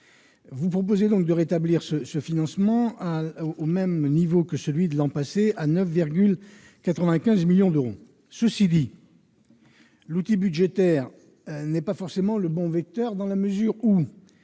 Vous proposez donc de rétablir ce financement au même niveau que celui de l'an passé, à savoir 9,95 millions d'euros. Cependant, l'outil budgétaire n'est pas forcément le bon vecteur dans la mesure où